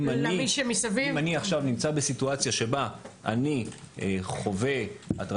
אם אני עכשיו נמצא בסיטואציה שבה אני חווה הטרדה של אדם אחר.